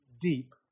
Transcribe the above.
deep